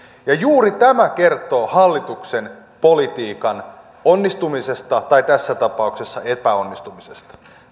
ja juuri tämä kertoo hallituksen politiikan onnistumisesta tai tässä tapauksessa epäonnistumisesta